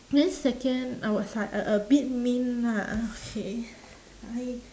then second I was like a a bit mean lah uh okay I